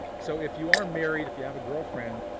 so if you are married, if you have a girlfriend,